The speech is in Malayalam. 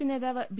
പി നേതാവ് ബി